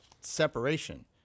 separation